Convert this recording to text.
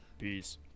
Peace